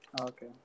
okay